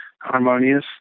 harmonious